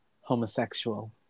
homosexual